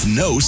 no